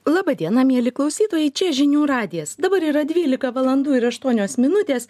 laba diena mieli klausytojai čia žinių radijas dabar yra dvylika valandų ir aštuonios minutės